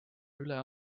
üle